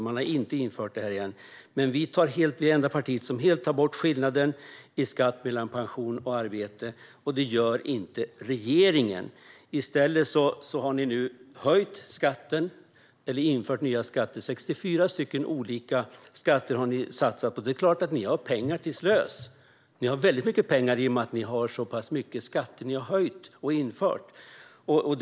De har inte tagit bort dem. Vi är dock det enda parti som helt tar bort skillnaden i skatt mellan pension och arbete. Det gör inte regeringen. I stället har regeringen nu höjt eller infört nya skatter. Ni har satsat på 64 olika skatter. Det är klart att ni har pengar till slös. Ni har väldigt mycket pengar eftersom ni har höjt och infört så många skatter.